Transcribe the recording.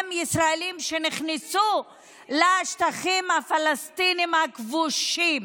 ישראלים שנכנסו לשטחים הפלסטינים הכבושים,